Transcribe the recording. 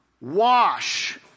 wash